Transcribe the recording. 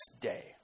day